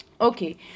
Okay